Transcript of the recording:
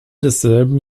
desselben